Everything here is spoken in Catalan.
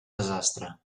desastre